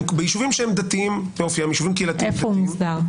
איפה הוא מוסדר?